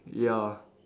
ya